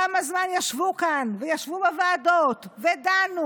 כמה זמן ישבו כאן וישבו בוועדות ודנו,